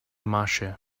masche